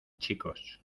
chicos